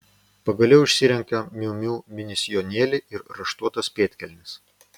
pagaliau išsirenka miu miu mini sijonėlį ir raštuotas pėdkelnes